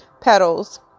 petals